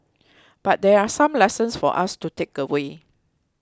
but there are some lessons for us to takeaway